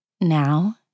Now